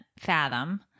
fathom